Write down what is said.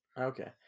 Okay